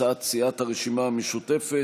הצעת סיעת הרשימה המשותפת,